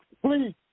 Please